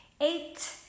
eight